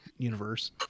universe